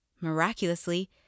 Miraculously